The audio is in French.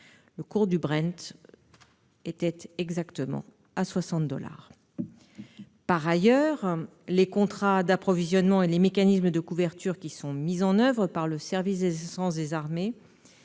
le cours du Brent était exactement de 60 dollars aujourd'hui même. Par ailleurs, les contrats d'approvisionnement et les mécanismes de couverture qui sont mis en oeuvre par le service des essences des armées